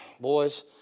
boys